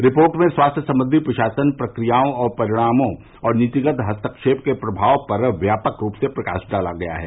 report में स्वास्थ्य संबंधी प्रशासन प्रक्रियाओं परिणामों और नीतिगत हस्तव्वेप के प्रभाव पर व्यापक रूप से प्रकाश डाला गया है